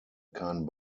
kein